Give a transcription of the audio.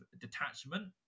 detachment